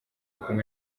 kumwe